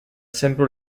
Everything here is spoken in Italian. sempre